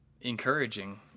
encouraging